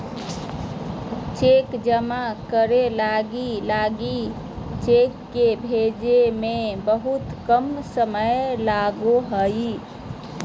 cheque जमा करे लगी लगी चेक के भंजे में बहुत कम समय लगो हइ